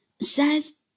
says